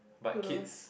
who knows